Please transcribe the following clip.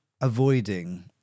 avoiding